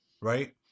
right